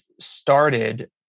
started